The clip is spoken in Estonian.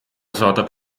saadab